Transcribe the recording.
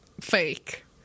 Fake